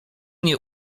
nie